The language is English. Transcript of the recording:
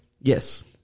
Yes